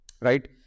right